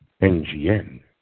NGN